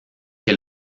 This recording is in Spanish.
que